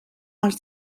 els